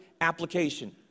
application